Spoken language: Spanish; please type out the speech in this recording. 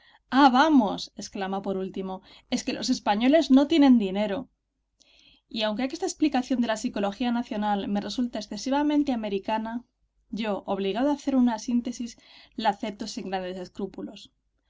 ah vamos exclama por último es que los españoles no tienen dinero y aunque esta explicación de la psicología nacional me resulta excesivamente americana yo obligado a hacer una síntesis la acepto sin grandes escrúpulos